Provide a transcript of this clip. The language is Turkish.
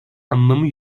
anlamı